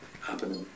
happening